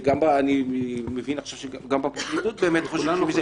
וגם אני מבין עכשיו שגם בפרקליטות באמת חוששים מזה,